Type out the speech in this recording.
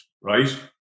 right